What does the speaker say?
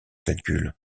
calculs